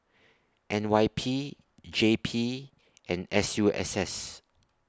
N Y P J P and S U S S